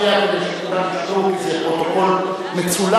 רק שנייה כדי שכולם ישמעו כי זה פרוטוקול מצולם,